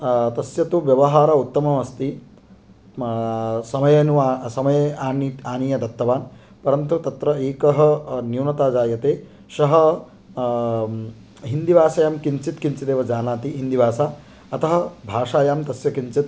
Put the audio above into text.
तस्य तु व्यवहार उत्तम अस्ति समये नु अ समये आनीत् आनीय दत्तवान् परन्तु तत्र एकः न्यूनता जायते सः हिन्दीभाषायां किञ्चित् किञ्चित् एव जानाति हिन्दीभाषा अतः भाषायां तस्य किञ्चित्